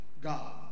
God